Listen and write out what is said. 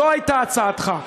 זו הייתה הצעתך,